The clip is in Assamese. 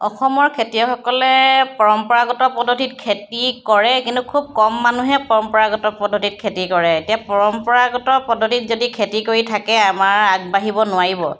অসমৰ খেতিয়কসকলে পৰম্পৰাগত পদ্ধতিত খেতি কৰে কিন্তু খুব কম মানুহে পৰম্পৰাগত পদতিত খেতি কৰে এতিয়া পৰম্পৰাগত পদ্ধতিত যদি খেতি কৰি থাকে আমাৰ আগবাঢ়িব নোৱাৰিব